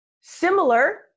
Similar